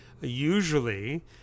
usually